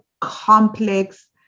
complex